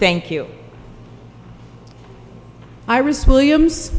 thank you iris williams